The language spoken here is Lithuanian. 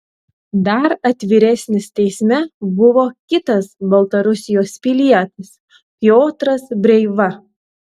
dar atviresnis teisme buvo kitas baltarusijos pilietis piotras breiva